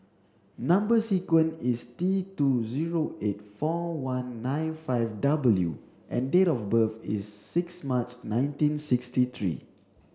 number sequence is T two zero eight four one nine five W and date of birth is six March nineteen sixty three